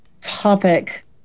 topic